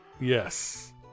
yes